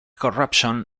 corruption